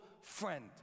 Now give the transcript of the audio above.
friend